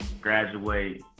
graduate